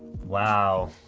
wow.